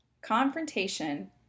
Confrontation